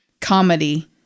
comedy